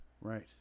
Right